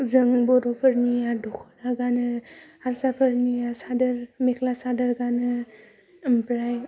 जों बर'फोरनिआ दख'ना गानो हारसाफोरनिया सादोर मेख्ला सादोर गानो ओमफ्राय